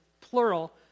plural